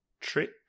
trick